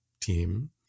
team